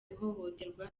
ihohoterwa